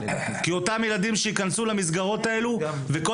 כי אותם ילדים שייכנסו למסגרות הללו וכל